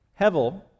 hevel